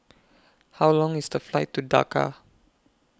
How Long IS The Flight to Dhaka